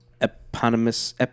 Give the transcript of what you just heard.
eponymous